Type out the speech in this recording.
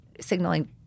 signaling